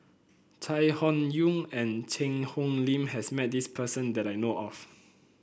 Chai Hon Yoong and Cheang Hong Lim has met this person that I know of